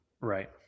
Right